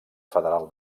federal